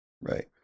right